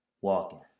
walking